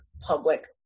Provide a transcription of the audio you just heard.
public